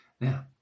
Now